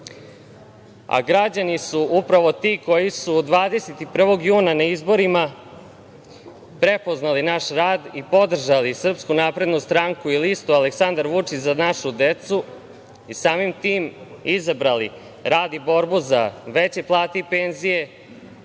a građani su upravo ti koji su 21. juna na izborima prepoznali naš rad i podržali SNS i listu Aleksandar Vučić – Za našu decu i samim tim izabrali rad i borbu za veće plate i penzije,